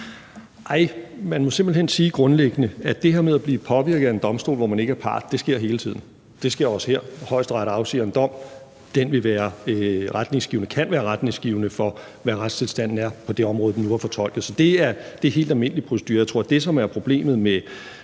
Man må simpelt hen grundlæggende sige, at det her med at blive påvirket af en domstol, hvor man ikke er part, hele tiden sker. Det sker også her, når Højesteret afsiger en dom. Den vil være retningsgivende eller kan være retningsgivende for, hvad retstilstanden er på det område, den nu har fortolket. Så det er helt almindelig procedure. Jeg tror, at det, som er problemet med